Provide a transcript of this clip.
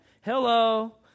hello